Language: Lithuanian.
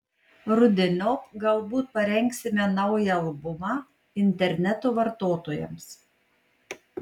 rudeniop galbūt parengsime naują albumą interneto vartotojams